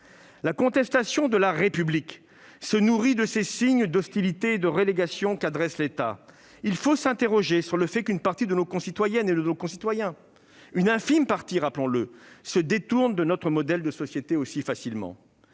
La contestation de la République se nourrit des signes d'hostilité et de relégation qu'adresse l'État. Il faut nous interroger sur le fait qu'une partie de nos concitoyens- une infime partie, rappelons-le -se détourne de notre modèle de société aussi facilement.